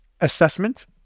assessment